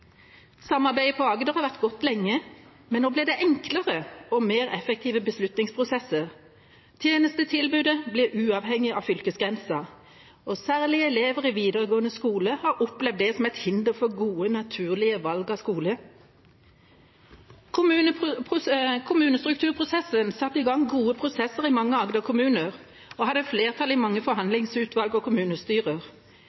Samarbeidet på Agder har vært godt lenge, men nå blir det enklere og mer effektive beslutningsprosesser. Tjenestetilbudet blir uavhengig av fylkesgrensen, særlig elever i videregående skole har opplevd det som et hinder for gode, naturlige valg av skole. Kommunestrukturprosessen satte i gang gode prosesser i mange Agder-kommuner og hadde flertall i mange